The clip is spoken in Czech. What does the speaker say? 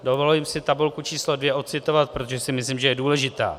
Dovoluji si tabulku číslo 2 ocitovat, protože si myslím, že je důležitá.